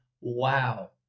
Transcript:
wow